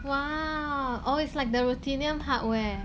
!wah! oh it's like the ruthenium hardware